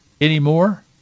anymore